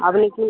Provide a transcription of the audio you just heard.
আপনি কি